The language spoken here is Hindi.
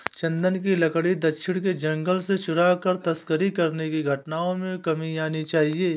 चन्दन की लकड़ी दक्षिण के जंगलों से चुराकर तस्करी करने की घटनाओं में कमी आनी चाहिए